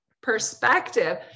perspective